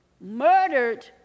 murdered